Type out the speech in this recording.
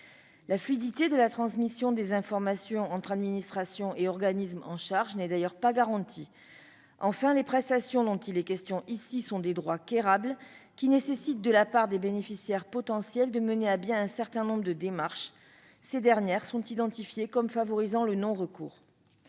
la fluidité de la transmission des informations entre administrations et organismes n'est pas garantie. Enfin, ces prestations sont des droits quérables, qui nécessitent de la part des bénéficiaires potentiels de mener à bien un certain nombre de démarches identifiées comme favorisant le non-recours.